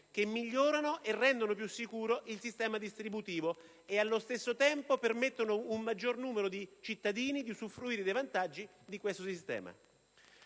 che migliorano e rendono più sicuro il sistema distributivo e allo stesso tempo permettono ad un maggior numero di cittadini di usufruire dei vantaggi di questo sistema.